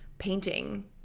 painting